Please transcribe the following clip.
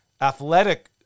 athletic